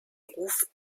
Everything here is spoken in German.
ruf